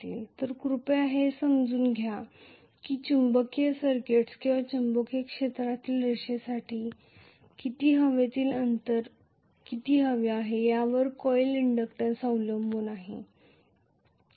तर कृपया हे समजून घ्या की चुंबकीय सर्किट्स किंवा चुंबकीय क्षेत्रातील रेषेसाठी किती हवेतील अंतर किती आहे यावर कॉइल इंडक्टन्स अवलंबून असते